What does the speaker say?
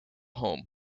home